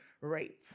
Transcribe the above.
rape